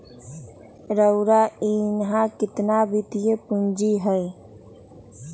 रउरा इहा केतना वित्तीय पूजी हए